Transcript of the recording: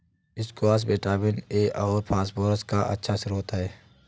squash vitamin A और phosphorus का अच्छा श्रोत है